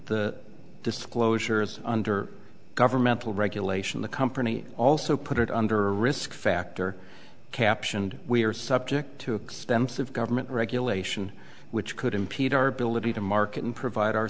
the disclosures under governmental regulation the company also put it under risk factor captioned we are subject to extensive government regulation which could impede our ability to market and provide our